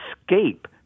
escape